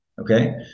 Okay